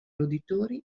roditori